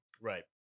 Right